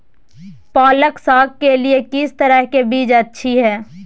पालक साग के लिए किस तरह के बीज अच्छी है?